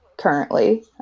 currently